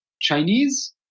Chinese